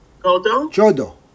Jodo